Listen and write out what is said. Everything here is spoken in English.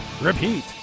repeat